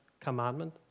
commandment